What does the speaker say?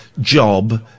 job